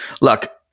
Look